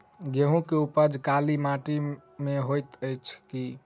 गेंहूँ केँ उपज काली माटि मे हएत अछि की नै?